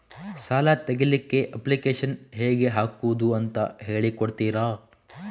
ಸಾಲ ತೆಗಿಲಿಕ್ಕೆ ಅಪ್ಲಿಕೇಶನ್ ಹೇಗೆ ಹಾಕುದು ಅಂತ ಹೇಳಿಕೊಡ್ತೀರಾ?